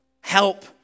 help